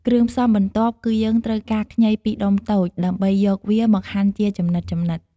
គ្រឿងផ្សំបន្ទាប់គឺ យើងត្រូវការខ្ញី២ដុំតូច ដើម្បីយកវាមកហាន់ជាចំណិតៗ។